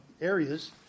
areas